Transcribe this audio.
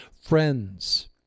friends